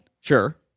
Sure